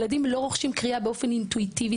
ילדים לא רוכשים קריאה באופן אינטואיטיבי.